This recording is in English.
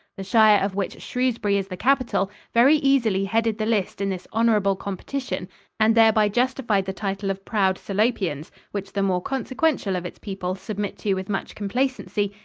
the shire of which shrewsbury is the capital very easily headed the list in this honorable competition and thereby justified the title of proud salopians which the more consequential of its people submit to with much complacency,